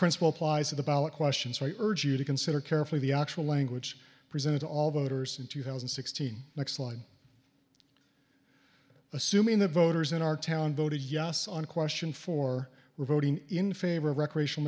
principle applies to the ballot question so i urge you to consider carefully the actual language presented all voters in two thousand and sixteen next slide assuming the voters in our town voted yes on question four were voting in favor of recreational